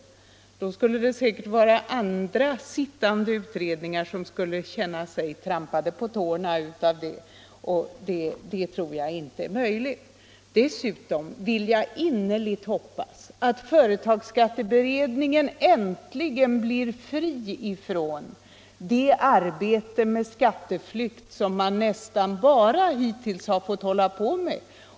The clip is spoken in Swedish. Om den gjorde det, skulle säkert andra sittande utredningar känna sig trampade på tårna. Dessutom vill jag innerligt hoppas att företagsskatteberedningen äntligen blir fri från det arbete med skatteflykt som man nästan bara har fått hålla på med hittills.